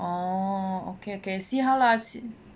orh okay okay see how lah see